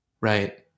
right